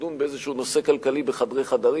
לדון באיזה נושא כלכלי בחדרי-חדרים,